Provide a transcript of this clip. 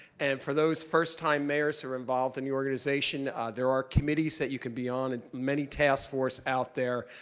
and for those first-time mayors who are involved in the organization, there are committees that you can be on and many task forces out there,